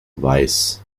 weiß